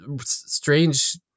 strange